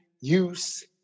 use